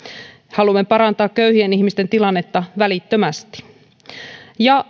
haluamme parantaa köyhien ihmisten tilannetta välittömästi ja